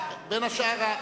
בין השאר,